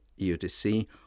UTC